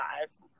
lives